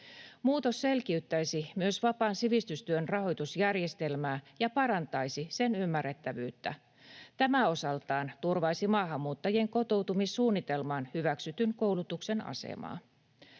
Muutos selkiyttäisi myös vapaan sivistystyön rahoitusjärjestelmää ja parantaisi sen ymmärrettävyyttä. Tämä osaltaan turvaisi maahanmuuttajien kotoutumissuunnitelmaan hyväksytyn koulutuksen asemaa.